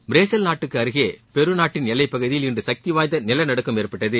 Brazil நாட்டுக்கு அருகே Peru நாட்டின் எல்லைப் பகுதியில் இன்று சக்திவாய்ந்த நிலநடுக்கம் ஏற்பட்டது